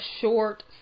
short